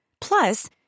Plus